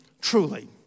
truly